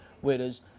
Whereas